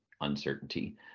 uncertainty